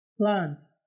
plants